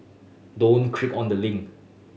don't click on the link